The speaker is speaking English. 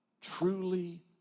truly